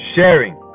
Sharing